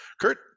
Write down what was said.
Kurt